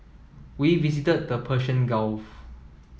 we visited the Persian Gulf